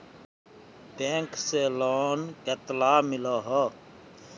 Bank से loan कतला मिलोहो?